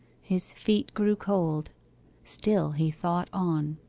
his feet grew cold still he thought on.